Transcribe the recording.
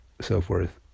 self-worth